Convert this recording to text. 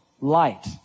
light